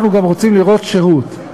אנחנו גם רוצים לראות שירות.